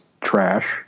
trash